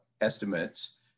estimates